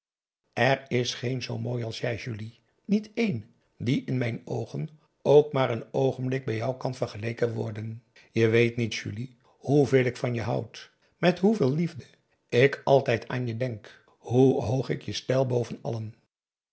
er is er geen zoo mooi als jij julie niet een die in mijn oogen ook maar n oogenblik bij jou kan vergeleken worden je weet niet julie hoeveel ik van je houd met hoeveel liefde ik altijd aan je denk hoe hoog ik je stel boven allen